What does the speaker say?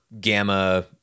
gamma